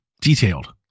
detailed